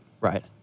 Right